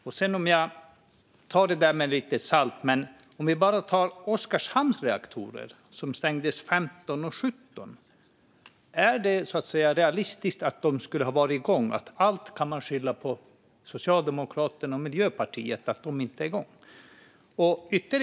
Låt oss ta Oskarshamns reaktorer, som stängdes 2015 och 2017. Är det realistiskt att det skulle kunna vara igång? Kan man skylla allt på Socialdemokraterna och Miljöpartiet för att de inte är igång?